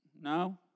no